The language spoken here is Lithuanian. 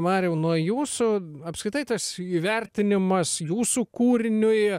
mariau nuo jūsų apskritai tas įvertinimas jūsų kūriniui